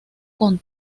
con